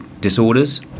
disorders